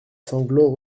sanglots